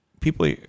People